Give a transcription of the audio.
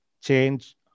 change